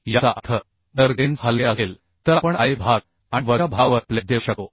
याचा अर्थ जर ग्रेन्स हलके असेल तर आपण I विभाग आणि वरच्या भागावर प्लेट देऊ शकतो